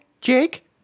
Jake